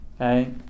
okay